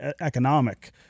economic